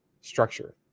structure